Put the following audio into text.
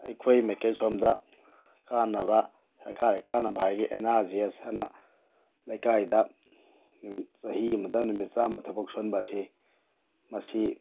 ꯑꯩꯈꯣꯏ ꯃꯥꯏꯀꯩ ꯁꯣꯝꯗ ꯀꯥꯟꯅꯕ ꯁꯔꯀꯥꯔꯒꯤ ꯀꯥꯟꯅꯕ ꯍꯥꯏꯔꯗꯤ ꯑꯦꯟꯑꯥꯔ ꯖꯤꯑꯦꯁꯑꯅ ꯂꯩꯀꯥꯏꯗ ꯆꯍꯤ ꯑꯃꯗ ꯅꯨꯃꯤꯠ ꯆꯥꯝꯃ ꯊꯕꯛ ꯁꯨꯍꯟꯕ ꯑꯁꯤ ꯃꯁꯤ